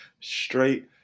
straight